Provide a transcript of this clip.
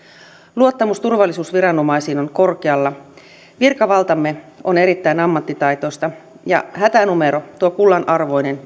luottamus turvallisuusviranomaisiin on korkealla virkavaltamme on erittäin ammattitaitoista ja hätänumero tuo kullanarvoinen